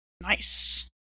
nice